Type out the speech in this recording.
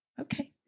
okay